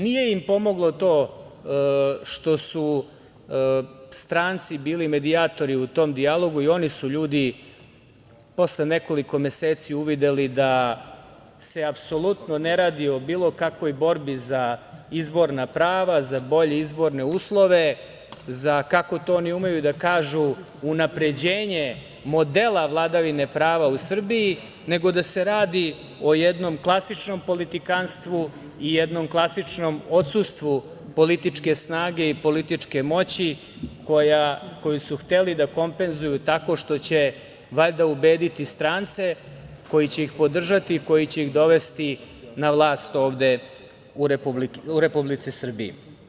Nije im pomoglo to što su stranci bili medijatori u tom dijalogu i oni su ljudi, posle nekoliko meseci uvideli da se apsolutno ne radi o bilo kakvoj borbi za izborna prava, za bolji izborne uslove, kako to oni umeju da kažu unapređenje modela vladavine prava u Srbiji, nego da se radi o jednom klasičnom politikanstvu i jednom klasičnom odsustvu političke snage i političke moći, koju su hteli da kompenzuju, tako što će valjda ubediti strance koji će ih podržati i koji će ih dovesti na vlast ovde u Republici Srbiji.